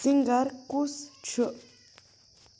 singer کُس چھُ